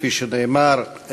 כפי שנאמר,